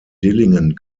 dillingen